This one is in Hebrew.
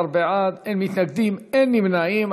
14 בעד, אין מתנגדים, אין נמנעים.